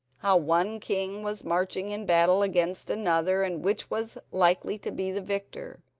how one king was marching in battle against another, and which was likely to be the victor.